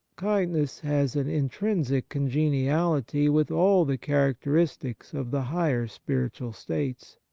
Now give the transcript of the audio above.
kindness has an intrinsic congeniality with all the characteristics of the higher spiritual states.